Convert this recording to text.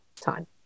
time